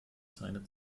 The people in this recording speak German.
seine